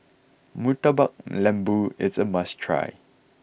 Murtabak Lembu is a must try